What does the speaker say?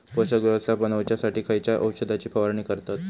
पोषक व्यवस्थापन होऊच्यासाठी खयच्या औषधाची फवारणी करतत?